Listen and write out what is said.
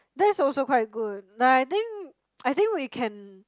that's also quite good like I think I think we can